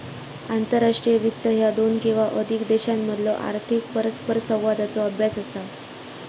आंतरराष्ट्रीय वित्त ह्या दोन किंवा अधिक देशांमधलो आर्थिक परस्परसंवादाचो अभ्यास असा